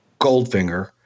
Goldfinger